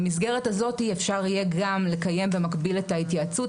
במסגרת הזאת אפשר יהיה גם לקיים במקביל את ההתייעצות,